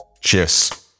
cheers